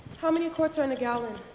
how many quarts are in a gallon?